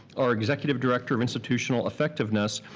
our executive director of institutional effectiveness,